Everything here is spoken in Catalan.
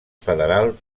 federal